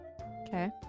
Okay